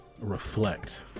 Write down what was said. reflect